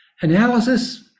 analysis